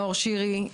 נאור שירי,